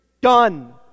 Done